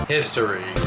History